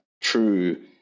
true